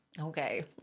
okay